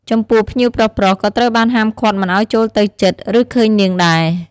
ចំពោះ ភ្ញៀវប្រុសៗ ក៏ត្រូវបានហាមឃាត់មិនឱ្យចូលទៅជិត ឬឃើញនាងដែរ។